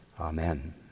Amen